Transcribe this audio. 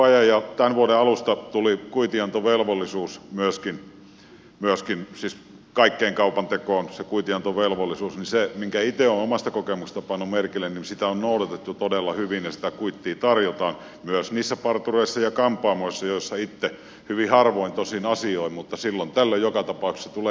tämän vuoden alusta tuli myöskin kuitinantovelvollisuus siis kaikkeen kaupantekoon se kuitinantovelvollisuus ja se minkä itse olen omasta kokemuksestani pannut merkille on se että sitä on noudatettu todella hyvin ja sitä kuittia tarjotaan myös niissä partureissa ja kampaamoissa joissa itse asioin hyvin harvoin tosin mutta silloin tällöin joka tapauksessa tulee käytyä